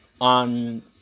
on